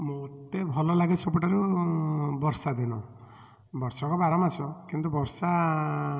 ମୋତେ ଭଲ ଲାଗେ ସବୁଠାରୁ ବର୍ଷା ଦିନ ବର୍ଷକ ବାର ମାସ କିନ୍ତୁ ବର୍ଷା